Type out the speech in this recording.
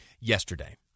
yesterday